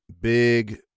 big